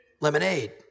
Lemonade